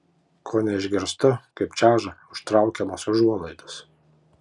kone išgirstu kaip čeža užtraukiamos užuolaidos